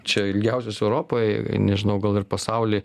čia ilgiausios europoj nežinau gal ir pasauly